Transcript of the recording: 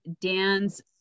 Dan's